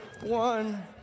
one